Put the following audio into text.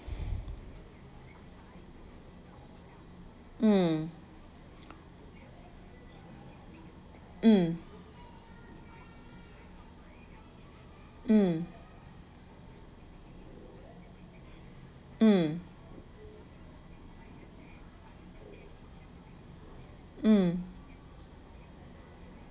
um um um um um